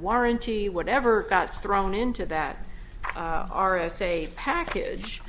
warranty whatever got thrown into that are a safe package